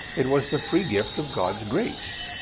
it was the free gift of god's grace.